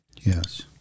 Yes